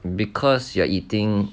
because you are eating